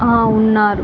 ఆ ఉన్నారు